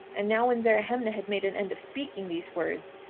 and now when zerahemnah had made an end of speaking these words,